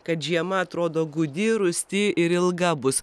kad žiema atrodo gūdi rūsti ir ilga bus